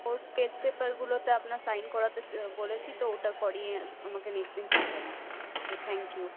ওর test পেপারগুলোতে আপনার sign করাতে বলেছি তো ওটা করিয়ে আমাকে নেক্সট দিন পাঠাবেন যে থ্যাঙ্ক ইউ